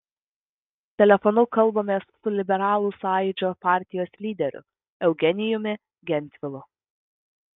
telefonu kalbamės su liberalų sąjūdžio partijos lyderiu eugenijumi gentvilu